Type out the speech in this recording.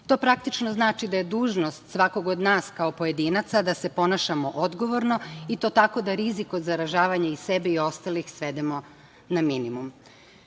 To praktično znači da je dužnost svakog od nas kao pojedinca da se ponašamo odgovorno i to tako da rizik od zaražavanja sebe i ostalih svedemo na minimum. Kao